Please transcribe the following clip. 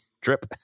trip